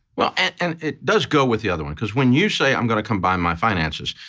well, and it does go with the other one because when you say i'm gonna combine my finances,